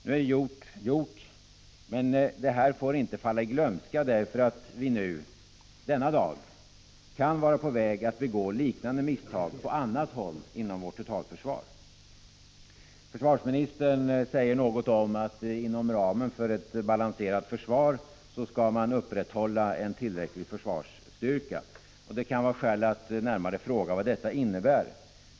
Gjort är nu gjort, men detta får inte falla i glömska, därför att vi denna dag kan vara på väg att begå liknande misstag på annat håll inom vårt totalförsvar. Försvarsministern säger något om att man inom ramen för ett balanserat försvar skall upprätthålla en tillräcklig försvarsstyrka. Det kan vara skäl att närmare fråga vad detta innebär.